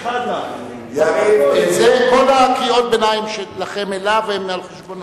קריאות הביניים שלכם אליו, הן על-חשבונו.